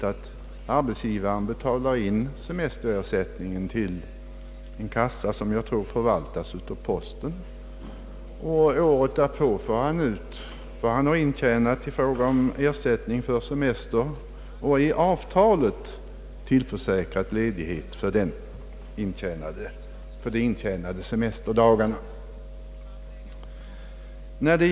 Arbetsgivaren betalar in semesterersättningen till en kassa, som jag tror förvaltas av posten, och året därpå får den anställde ut vad han intjänat för semester och är i avtalet tillförsäkrad ledighet för de intjänade semesterdagarna.